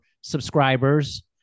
subscribers